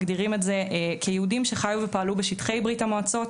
מגדירים את זה כיהודים שחיו ופעלו בשטחי ברית המועצות